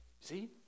See